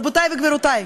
רבותי וגבירותי,